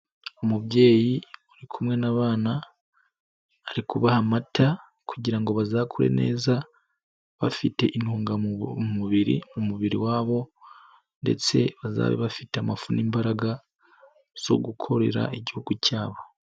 Umubyeyi uri kumwe n'abana, arikubaha amata kugira ngo bazakure neza bafite intungamubiri mubiri umubiri wabo, ndetse bazabe bafite amafu n'imba zo gukorera Igihugu cyabo.